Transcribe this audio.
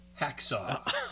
Hacksaw